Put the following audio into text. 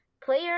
player